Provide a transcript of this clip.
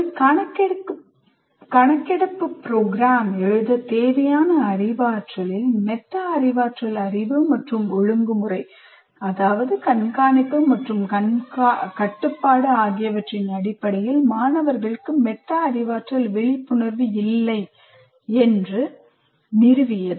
ஒரு கணக்கெடுப்பு ப்ரோக்ராம் எழுத தேவையான அறிவாற்றலில் மெட்டா அறிவாற்றல் அறிவு மற்றும் ஒழுங்குமுறை கண்காணிப்பு மற்றும் கட்டுப்பாடு ஆகியவற்றின் அடிப்படையில் மாணவர்களுக்கு மெட்டா அறிவாற்றல் விழிப்புணர்வு இல்லை என்று நிறுவியது